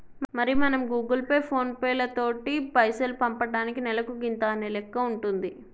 మరి మనం Google Pay ఫోన్ పేలతోటి పైసలు పంపటానికి నెలకు గింత అనే లెక్క ఉంటుంది